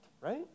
right